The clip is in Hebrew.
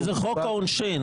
כי זה חוק העונשין.